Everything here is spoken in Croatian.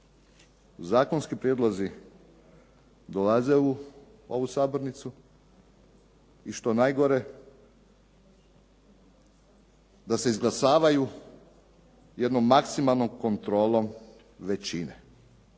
zakonski prijedlozi dolaze u ovu sabornicu i što je najgore da se izglasavaju jednom maksimalnom kontrolom većine.